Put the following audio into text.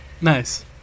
Nice